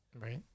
Right